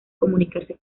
comunicarse